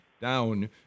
down